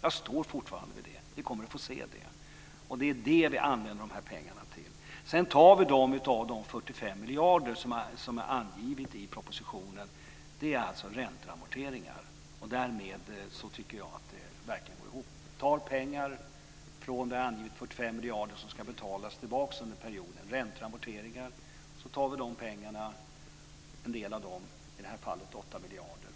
Jag står fortfarande för det. Ni kommer att få se det. Det är det vi använder de här pengarna till. Vi tar de pengarna av de 45 miljarder som angivits i propositionen för räntor och amorteringar. Därmed tycker jag att det verkligen går ihop. Vi tar en del, i det här fallet 8 miljarder, från de angivna 45 miljarder som ska betalas tillbaka under perioden, räntor och amorteringar, och lägger på 2002,